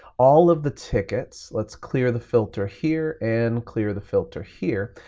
all of the tickets, let's clear the filter here and clear the filter here,